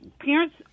parents